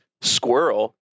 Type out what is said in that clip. squirrel